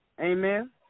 Amen